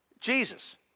Jesus